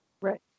Right